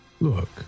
Look